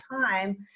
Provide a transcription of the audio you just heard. time